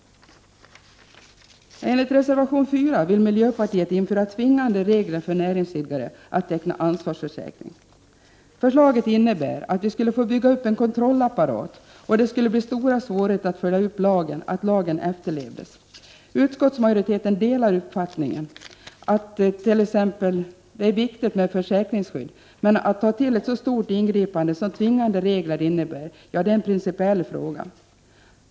I reservation nr 4 vill miljöpartiet införa tvingande regler för näringsidkare att teckna ansvarsförsäkring. Förslaget innebär att vi skulle få bygga upp en kontrollapparat, och det skulle bli stora svårigheter att följa upp att lagen efterlevdes. Utskottsmajoriteten delar uppfattningen att det är viktigt med försäkringsskydd, men att ta till ett så stort ingripande som tvingande regler innebär— ja, det är en principiell fråga.